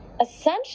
essentially